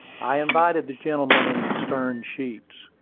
i invited the gentleman in the stern sheets,